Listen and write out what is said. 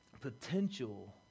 potential